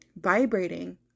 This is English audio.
vibrating